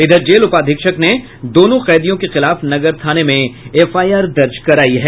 इधर जेल उपाधीक्षक ने दोनों कैदियों के खिलाफ नगर थाने में एफआईआर दर्ज करायी है